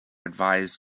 advised